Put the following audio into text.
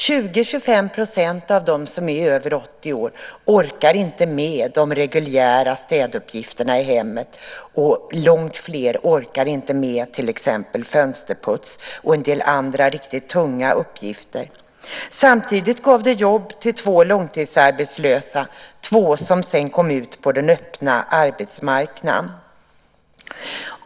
20-25 % av dem som är över 80 år orkar inte med de reguljära städuppgifterna i hemmet, och långt fler orkar inte med till exempel fönsterputs och en del andra riktigt tunga uppgifter. Samtidigt gav det jobb till två långtidsarbetslösa. Det var två personer som sedan kom ut på den öppna arbetsmarknaden.